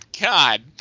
God